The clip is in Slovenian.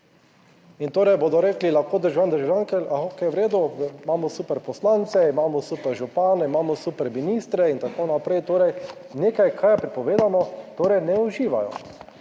In torej, bodo rekli lahko, državljani, državljanke, okej, v redu, imamo super poslance, imamo super župane, imamo super ministre in tako naprej. Torej nekaj, kar je prepovedano, torej ne uživajo,